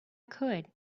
could